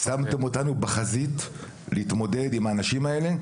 שמתם אותנו בחזית להתמודד עם האנשים האלה,